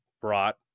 brought